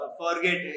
forget